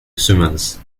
swimmers